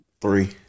Three